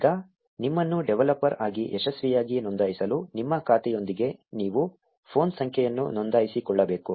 ಈಗ ನಿಮ್ಮನ್ನು ಡೆವಲಪರ್ ಆಗಿ ಯಶಸ್ವಿಯಾಗಿ ನೋಂದಾಯಿಸಲು ನಿಮ್ಮ ಖಾತೆಯೊಂದಿಗೆ ನೀವು ಫೋನ್ ಸಂಖ್ಯೆಯನ್ನು ನೋಂದಾಯಿಸಿಕೊಳ್ಳಬೇಕು